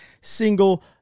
single